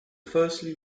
firstly